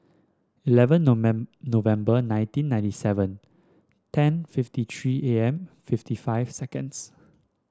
eleven November nineteen ninety seven ten fifty three A M fifty five seconds